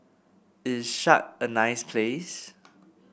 is Chad a nice place